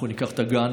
אנחנו ניקח את הגן,